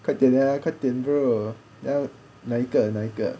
快点 ah 快点 bro 要那一个那一个